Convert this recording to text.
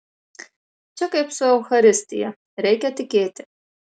čia kaip su eucharistija reikia tikėti